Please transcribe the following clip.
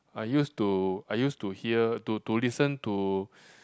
I used to I used to hear to to listen to